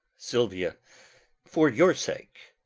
silvia for your sake.